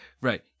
Right